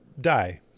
die